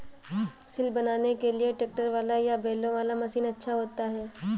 सिल बनाने के लिए ट्रैक्टर वाला या बैलों वाला मशीन अच्छा होता है?